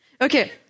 Okay